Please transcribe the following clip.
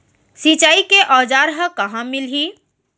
सिंचाई के औज़ार हा कहाँ मिलही?